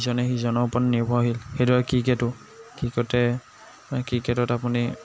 ইজনে সিজনৰ ওপৰত নিৰ্ভৰশীল সেইদৰে ক্ৰিকেটাে ক্ৰিকেট মানে ক্ৰিকেটত আপুনি